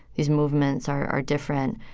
these movements are are different.